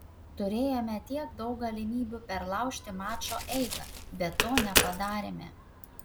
turėjome tiek daug galimybių perlaužti mačo eigą bet to nepadarėme